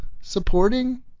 supporting